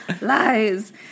lies